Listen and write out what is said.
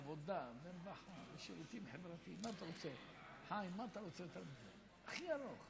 אדוני היושב-ראש, חבריי חברי הכנסת, חברי